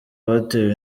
batewe